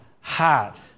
heart